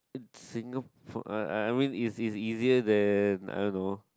in Singa~ I I mean is is easier than I don't know